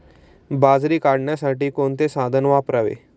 बाजरी काढण्यासाठी कोणते साधन वापरावे?